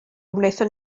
wnaethon